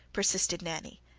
persisted nanny,